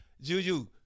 Juju